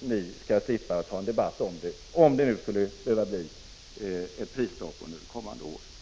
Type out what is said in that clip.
ni skall slippa ta en debatt om saken, om det skulle behöva bli ett prisstopp under det kommande året.